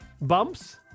bumps